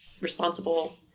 responsible